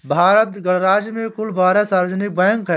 भारत गणराज्य में कुल बारह सार्वजनिक बैंक हैं